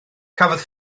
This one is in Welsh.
cafodd